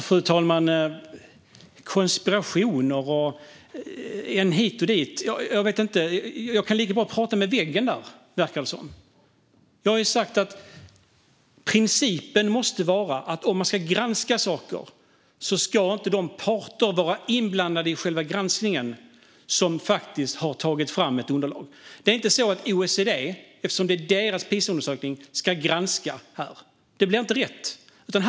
Fru talman! Konspirationer hit och dit - jag kan lika gärna prata med en vägg, verkar det som. Jag har ju sagt att principen måste vara att om man ska granska saker ska inte de parter som tagit fram ett underlag vara inblandade i själva granskningen. Eftersom det är OECD:s PISA-undersökning är det inte de som ska granska här. Det blir inte rätt.